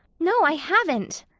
no, i haven't,